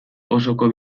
osoko